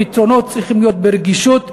הפתרונות צריכים להיות, ברגישות ובאנושיות,